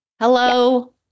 Hello